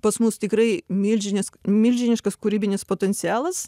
pas mus tikrai milžinės milžiniškas kūrybinis potencialas